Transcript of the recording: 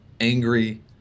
angry